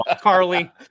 carly